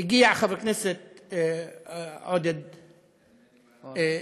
הגיע חבר הכנסת עודד פורר,